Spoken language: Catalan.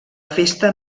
festa